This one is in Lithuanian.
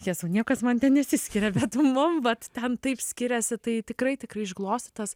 jėzau niekas man ten nesiskiria bet mum vat ten taip skiriasi tai tikrai tikrai išglostytas